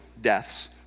deaths